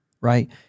right